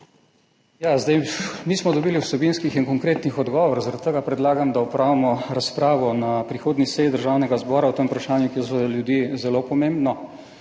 SDS):** Nismo dobili vsebinskih in konkretnih odgovorov. Zaradi tega predlagam, da opravimo razpravo na prihodnji seji Državnega zbora o tem vprašanju, ki je za ljudi zelo pomembno.